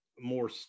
more